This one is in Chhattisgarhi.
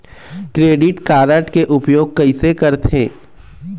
क्रेडिट कारड के उपयोग कैसे करथे?